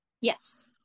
Yes